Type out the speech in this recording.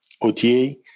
OTA